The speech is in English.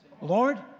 Lord